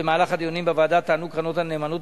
במהלך הדיונים בוועדה טענו קרנות הנאמנות